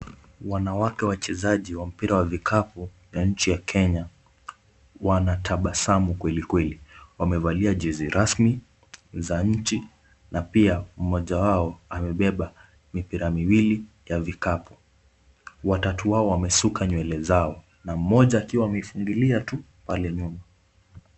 Wanawake wachezaji wa mpira wa vikapu ya nchi ya Kenya, wanatabasamu kwelikweli. Wamevalia jezi rasmi za nchi na pia mmoja wao amebeba mipira miwili ya vikapu. Watatu wao wamesuka nywele zao na mmoja akiwa ameifungilia tu pale nyuma.